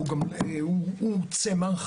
הוא צמח,